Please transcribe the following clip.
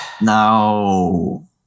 No